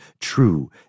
True